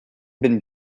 been